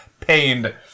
pained